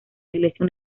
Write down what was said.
iglesia